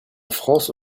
france